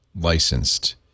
licensed